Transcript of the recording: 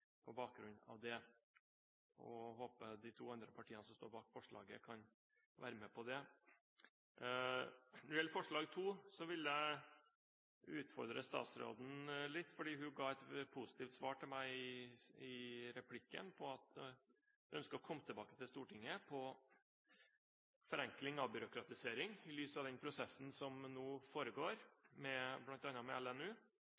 på bakgrunn av det, villig til å omgjøre forslag nr. 1 til et oversendelsesforslag. Jeg håper de to andre partiene som står bak forslaget, kan være med på det. Når det gjelder forslag nr. 2, vil jeg utfordre statsråd Huitfeldt litt, for hun ga et positivt svar til meg i replikken. Hun ønsket å komme tilbake til Stortinget når det gjelder forenkling og byråkratisering, i lys av den prosessen som nå